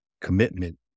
commitment